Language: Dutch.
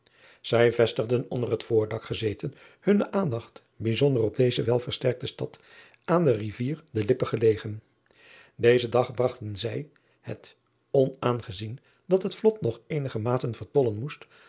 ij vestigden onder het voordak gezeten hunne aandacht bijzonder op deze welversterkte stad aan de ivier de ippe gelegen ezen dag bragten zij het onaangezien dat het vlot nog eenige maten vertollen moest